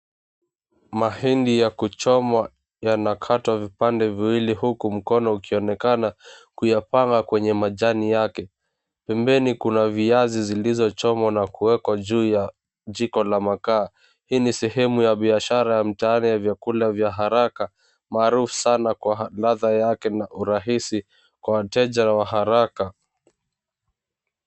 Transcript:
Mahindi ya kuchomwa yanakatwa vipande viwili huku mkono ukionekana kuyapanga kwenye majani yake, pembeni kuna viazi zilizochomwa na kuwekwa juu ya jiko la makaa. Hii ni sehemu ya biashara ya mtaani ya vyakula vya haraka maarufu sana kwa ladha yake na urhisi kwa wateja wa haraka.